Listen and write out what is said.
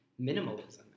minimalism